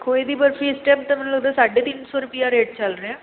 ਖੋਏ ਦੀ ਬਰਫ਼ੀ ਇਸ ਟਾਇਮ ਤਾਂ ਮੈਨੂੰ ਲੱਗਦਾ ਸਾਢੇ ਤਿੰਨ ਸੌ ਰੁਪਈਆ ਰੇਟ ਚੱਲ ਰਿਹਾ